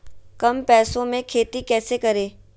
कम पैसों में खेती कैसे करें?